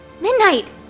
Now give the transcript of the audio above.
Midnight